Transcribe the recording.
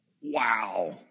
Wow